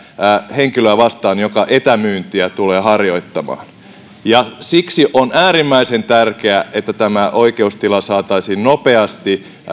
henkilöä vastaan joka etämyyntiä tulee harjoittamaan siksi on äärimmäisen tärkeää että tämä oikeustila saataisiin nopeasti